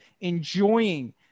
enjoying